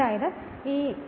അതായത് ഇത് ഘടികാരദിശയിലാണ്